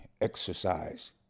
Exercise